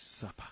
supper